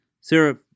Sarah